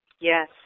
Yes